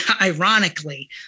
ironically